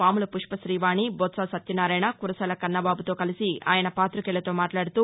పాముల Pushpa Sreevani Botsa Satyanarayana Kurasala కన్నబాబుతో కలిసి ఆయన పాతికేయులతో మాట్లాడుతూ